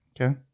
Okay